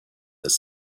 this